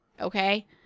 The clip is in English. Okay